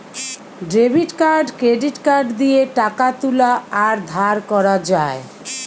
debit card credit card দিয়ে টাকা তুলা আর ধার করা যায়